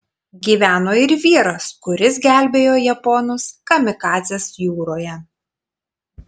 gyveno ir vyras kuris gelbėjo japonus kamikadzes jūroje